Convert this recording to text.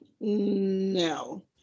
no